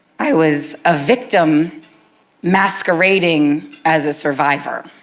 i was a victim masquerading as a survivor.